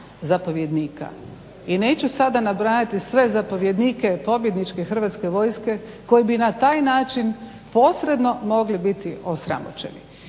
zapovjednika. I neću sada nabrajati sve zapovjednike pobjedničke Hrvatske vojske koji bi na taj način posredno mogli biti osramoćeni.